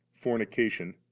fornication